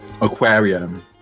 aquarium